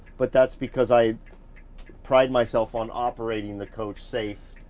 but that's because i pride myself on operating the coach safe,